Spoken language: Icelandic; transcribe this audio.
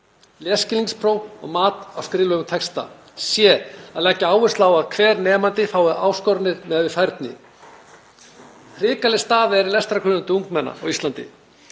lesskilningspróf og mat á skriflegum texta. c. Að leggja áherslu á að hver nemandi fái áskoranir miðað við færni. Hrikaleg staða er í lestrarkunnáttu ungmenna á Íslandi.